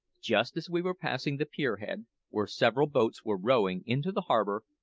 just as we were passing the pier-head, where several boats were rowing into the harbour,